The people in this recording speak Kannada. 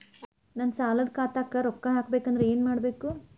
ನನ್ನ ಸಾಲದ ಖಾತಾಕ್ ರೊಕ್ಕ ಹಾಕ್ಬೇಕಂದ್ರೆ ಏನ್ ಮಾಡಬೇಕು?